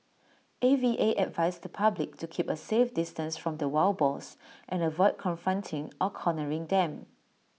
A V A advised the public to keep A safe distance from the wild boars and avoid confronting or cornering them